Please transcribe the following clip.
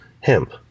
hemp